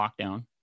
lockdown